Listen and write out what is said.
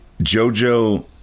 Jojo